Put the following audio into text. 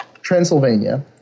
Transylvania